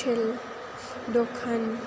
hotel दखान